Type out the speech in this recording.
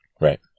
Right